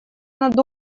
над